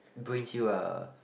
bring you a